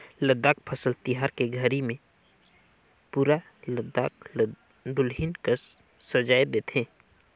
लद्दाख फसल तिहार के घरी मे पुरा लद्दाख ल दुलहिन कस सजाए देथे